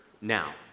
now